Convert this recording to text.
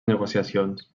negociacions